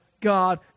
God